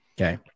Okay